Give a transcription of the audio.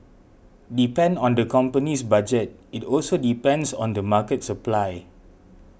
depend on the company's budget it also depends on the market supply